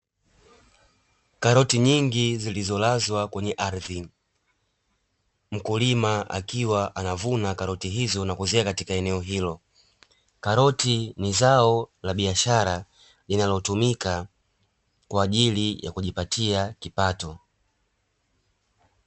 Karoti nyingi zilizolazwa kwenye ardhi